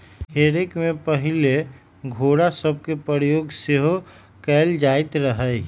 हे रेक में पहिले घोरा सभके प्रयोग सेहो कएल जाइत रहै